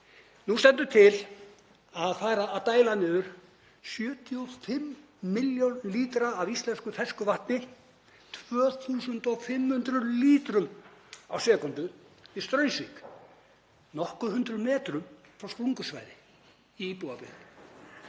Nú stendur til að fara að dæla niður 75 milljónum lítra af íslensku ferskvatni, 2.500 lítrum á sekúndu, í Straumsvík, nokkrum hundruð metrum frá sprungusvæði í íbúabyggð.